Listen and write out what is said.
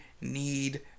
need